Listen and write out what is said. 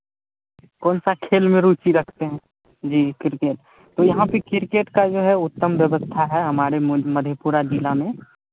कौन सा खेल में रुचि रखते हैं जी क्रिकेट तो यहाँ पर क्रिकेट का जो है उत्तम व्यवस्था है हमारे मधेपुरा जिला में